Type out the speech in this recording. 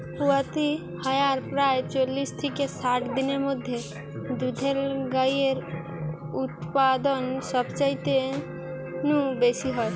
পুয়াতি হয়ার প্রায় চল্লিশ থিকে ষাট দিনের মধ্যে দুধেল গাইয়ের উতপাদন সবচাইতে নু বেশি হয়